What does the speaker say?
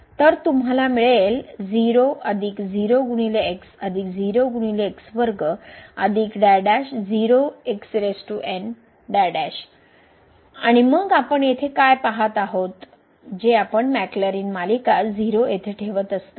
तर तुम्हाला मिळेल आणि मग आपण येथे काय पाहत आहोत जे आपण मॅक्लॅरिन मालिका 0 ठेवत असतो